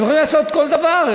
הם יכולים לעשות כל דבר,